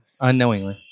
Unknowingly